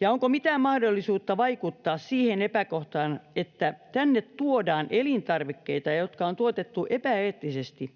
Ja onko mitään mahdollisuutta vaikuttaa siihen epäkohtaan, että tänne tuodaan elintarvikkeita, jotka on tuotettu epäeettisesti?